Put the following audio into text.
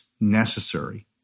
necessary